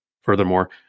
Furthermore